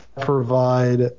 provide